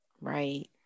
Right